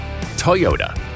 Toyota